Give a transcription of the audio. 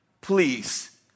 please